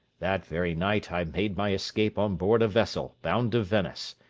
that very night i made my escape on board a vessel bound to venice,